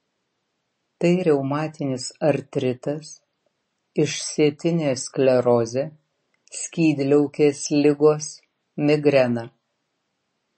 tai reumatinis artritas išsėtinė sklerozė skydliaukės ligos migrena